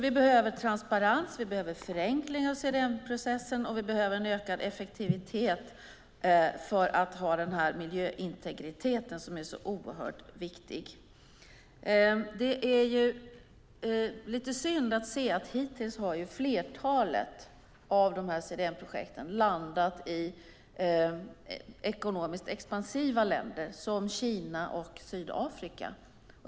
Vi behöver alltså transparens, förenkling och en ökad effektivitet vad gäller CDM-processen för att få den miljöintegritet som är så oerhört viktig. Det är synd att flertalet CDM-projekt hittills landat i ekonomiskt expansiva länder som Kina och Sydafrika.